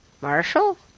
Marshall